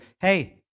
hey